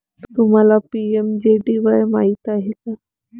तुम्हाला पी.एम.जे.डी.वाई माहित आहे का?